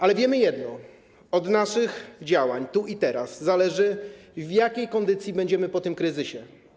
Ale wiemy jedno, że od naszych działań tu i teraz zależy, w jakiej kondycji będziemy po tym kryzysie.